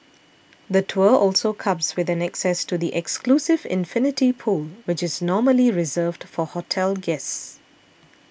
the tour also comes with an access to the exclusive infinity pool which is normally reserved for hotel guests